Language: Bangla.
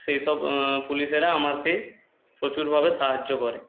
সেই সব পুলিশেরা আমারকে প্রচুরভাবে সাহায্য করে